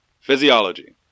Physiology